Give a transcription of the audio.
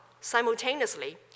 simultaneously